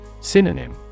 Synonym